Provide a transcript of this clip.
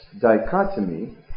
dichotomy